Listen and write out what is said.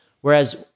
Whereas